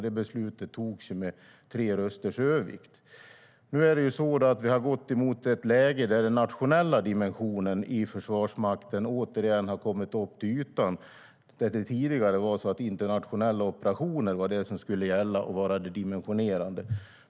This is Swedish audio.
Det beslutet togs med tre rösters övervikt. Nu har vi gått mot ett läge där den nationella dimensionen i Försvarsmakten återigen har kommit upp till ytan, där det tidigare var internationella operationer som skulle gälla och vara det dimensionerande.